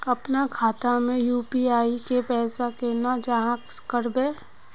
अपना खाता में यू.पी.आई के पैसा केना जाहा करबे?